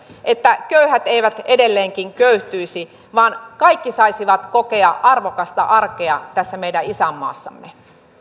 että köyhät eivät edelleenkin köyhtyisi vaan kaikki saisivat kokea arvokasta arkea tässä meidän isänmaassamme siirrymme